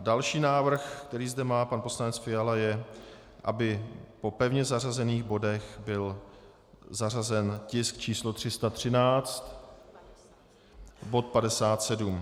Další návrh, který zde má pan poslanec Fiala, je, aby po pevně zařazených bodech byl zařazen tisk číslo 313, bod 57.